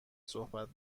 صحبت